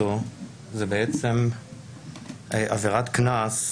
ולא הייתה שום בעיה עם זה,